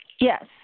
Yes